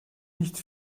nicht